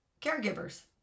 caregivers